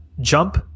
jump